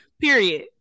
period